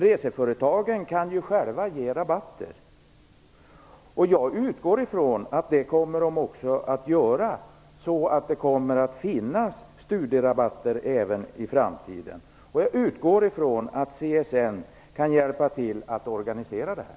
Reseföretagen kan ju själva ge rabatter, vilket jag utgår ifrån att de också kommer att göra så att studierabatter skall finnas även i framtiden. Jag utgår ifrån att CSN kan hjälpa till med att organisera detta.